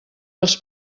dels